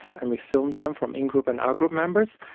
and we filmed them from in-group and out-group members,